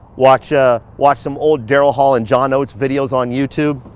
watch ah watch some old daryl hall and john oates videos on youtube